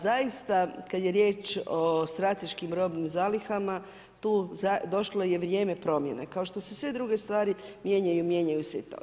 Zaista, kada je riječ o strateškim robnim zalihama, tu je došlo vrijeme promjena, kao što se sve druge stvari mijenjaju, mijenjaju se i to.